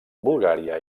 bulgària